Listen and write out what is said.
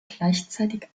gleichzeitig